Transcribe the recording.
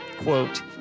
quote